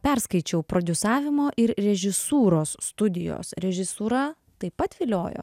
perskaičiau prodiusavimo ir režisūros studijos režisūra taip pat viliojo